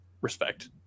respect